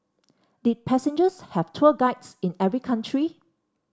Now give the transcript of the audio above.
did passengers have tour guides in every country